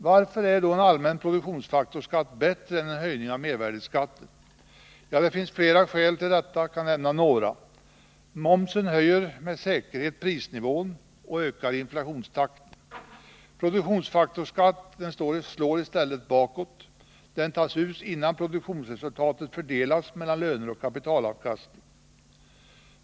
Varför är då en allmän produktionsfaktorsskatt bättre än en höjning av mervärdeskatten? Det finns flera skäl till detta. Jag kan nämna några. 1. Momsen höjer med säkerhet prisnivån och ökar inflationstakten. 2. Produktionsfaktorsskatt slår i stället bakåt. Den tas ut innan produktionsresultatet har fördelats mellan löner och kapitalavkastning. 3.